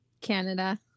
Canada